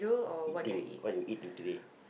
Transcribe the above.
eating what you eat to today